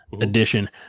edition